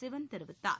சிவன் தெரிவித்தார்